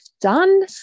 done